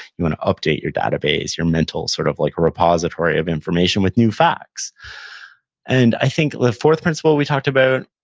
you wanna update your database, your mental sort of like repository of information with new facts and, i think the fourth principle we talked about